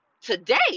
today